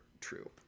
true